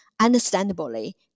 Understandably